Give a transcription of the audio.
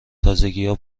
تازگیها